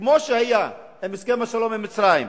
וכמו שהיה עם הסכם השלום עם מצרים,